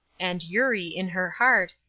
and eurie, in her heart,